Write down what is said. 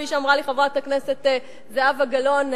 כפי שאמרה לי חברת הכנסת זהבה גלאון,